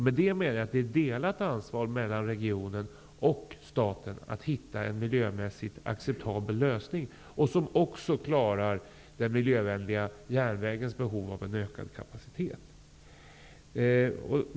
Med det menar jag att det råder ett delat ansvar mellan regionen och staten för att hitta en miljömässigt acceptabel lösning, som också klarar den miljövänliga järnvägens behov av en ökad kapacitet.